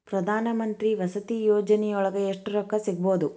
ಪ್ರಧಾನಮಂತ್ರಿ ವಸತಿ ಯೋಜನಿಯೊಳಗ ಎಷ್ಟು ರೊಕ್ಕ ಸಿಗಬೊದು?